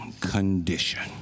condition